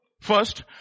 First